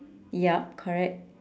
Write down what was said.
yup correct